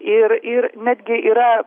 ir ir netgi yra